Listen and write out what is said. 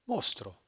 Mostro